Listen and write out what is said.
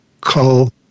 call